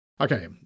Okay